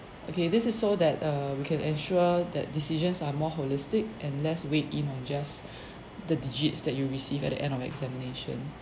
okay this is so that err we can ensure that decisions are more holistic and less weight in on just the digits that you receive at the end of examination